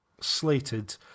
Slated